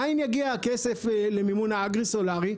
מאין יגיע הכסף למימון האגרי-סולארי?